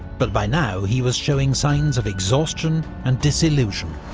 but by now he was showing signs of exhaustion and disillusion.